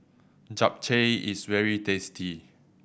japchae is very tasty